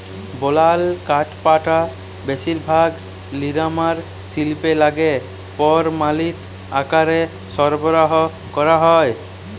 বলাল কাঠপাটা বেশিরভাগ লিরমাল শিল্পে লাইগে পরমালিত আকারে সরবরাহ ক্যরা হ্যয়